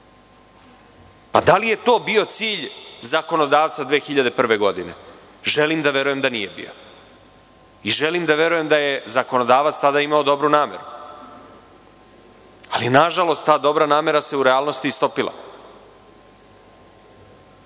Da li je to bio cilj zakonodavca 2001. godine? Želim da verujem da nije bio. Želim da verujem da je zakonodavac tada imao dobru nameru. Ali, nažalost, ta dobra namera se u realnosti istopila.